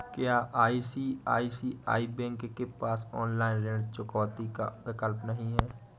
क्या ICICI bank के पास ऑनलाइन ऋण चुकौती का विकल्प नहीं है?